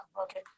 Okay